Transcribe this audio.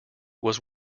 was